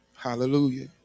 Hallelujah